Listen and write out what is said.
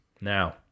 now